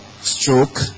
stroke